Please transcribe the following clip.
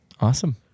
Awesome